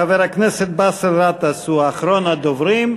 חבר הכנסת באסל גטאס הוא אחרון הדוברים,